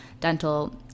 dental